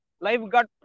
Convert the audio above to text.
lifeguard